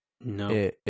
No